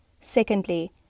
Secondly